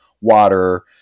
water